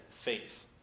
faith